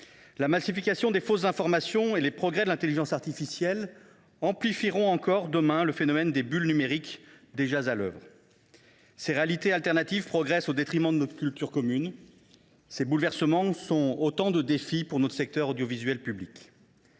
La massification des fausses informations et les progrès de l’intelligence artificielle amplifieront encore demain le phénomène des bulles numériques, déjà à l’œuvre. Ces réalités alternatives progressent au détriment de notre culture commune. Ces bouleversements sont autant de défis pour notre secteur audiovisuel public.